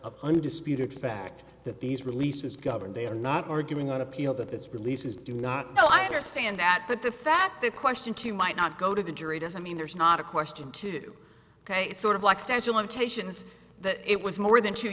of undisputed fact that these releases govern they are not arguing on appeal that it's releases do not know i understand that but the fact the question to you might not go to the jury doesn't mean there's not a question to ok it's sort of like statue of limitations that it was more than two